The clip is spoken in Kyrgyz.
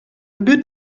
бир